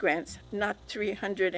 grants not three hundred